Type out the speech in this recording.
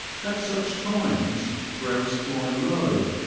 at such times grouse fly low,